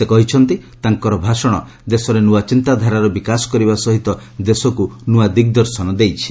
ସେ କହିଛନ୍ତି ତାଙ୍କର ଭାଷଣ ଦେଶରେ ନ୍ତ୍ରାଚିନ୍ତା ଧାରାର ବିକାଶ କରିବା ସହିତ ଦେଶକୁ ନୂଆ ଦିଗଦର୍ଶନ ଦେଇଛି